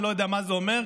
אני לא יודע מה זה אומר,